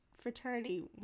fraternity